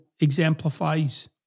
exemplifies